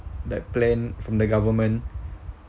that plan from the government